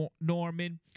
Norman